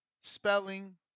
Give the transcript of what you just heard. spelling